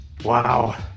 Wow